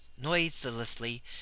noiselessly